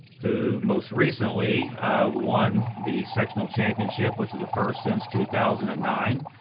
who most recently won the sectional championship, which was the first since two thousand and nine,